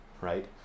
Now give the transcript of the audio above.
right